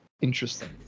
interesting